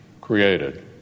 created